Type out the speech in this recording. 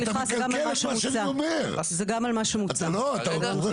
כל הטענות